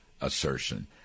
assertion